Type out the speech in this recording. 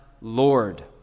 Lord